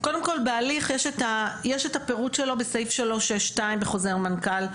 קודם כל בהליך יש את הפירוט שלו בסעיף 362 בחוזר מנכ"ל,